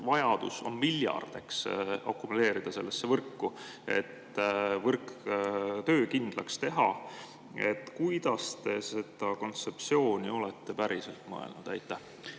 vaja on miljard, eks, akumuleerida sellesse võrku, et see töökindlaks teha. Kuidas te seda kontseptsiooni olete päriselt mõelnud? Aitäh,